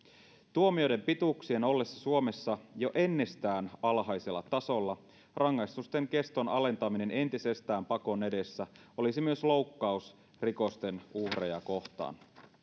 tuomioiden pituuksien ollessa suomessa jo ennestään alhaisella tasolla rangaistusten keston alentaminen entisestään pakon edessä olisi myös loukkaus rikosten uhreja kohtaan